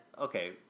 Okay